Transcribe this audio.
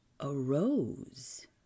arose